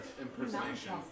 impersonation